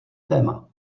téma